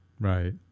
right